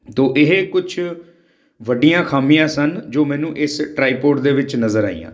ਤੋ ਇਹ ਕੁਛ ਵੱਡੀਆਂ ਖਾਮੀਆਂ ਸਨ ਜੋ ਮੈਨੂੰ ਇਸ ਟਰਾਈਪੋਡ ਦੇ ਵਿੱਚ ਨਜ਼ਰ ਆਈਆਂ